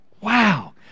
Wow